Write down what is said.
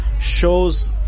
shows